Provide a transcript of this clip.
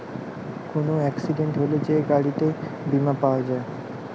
কোন এক্সিডেন্ট হলে যে গাড়িতে বীমা পাওয়া যায়